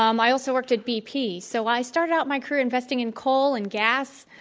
um i also worked at bp. so i started out my career investing in coal and gas.